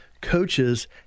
coaches